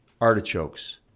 artichokes